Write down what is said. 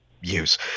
use